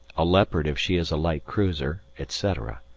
a leopard if she is a light cruiser, etc.